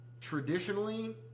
traditionally